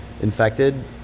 infected